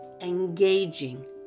engaging